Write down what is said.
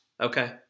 Okay